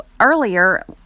earlier